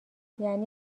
یعنی